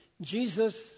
Jesus